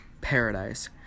paradise